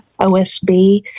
OSB